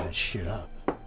shit up.